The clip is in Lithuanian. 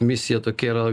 misija tokia yra